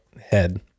head